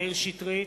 מאיר שטרית,